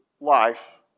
life